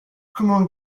comment